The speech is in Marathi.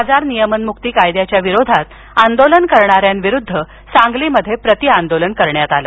बाजार नियमनमुक्ती कायद्याच्या विरोधात आंदोलन करणाऱ्यांविरुद्ध सांगलीत प्रती आंदोलन करण्यात आलं